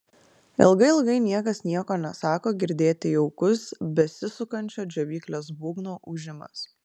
ilgai ilgai niekas nieko nesako girdėti jaukus besisukančio džiovyklės būgno ūžimas